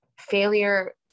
failure